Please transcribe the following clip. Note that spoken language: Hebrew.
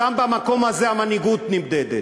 שם, במקום הזה, המנהיגות נמדדת.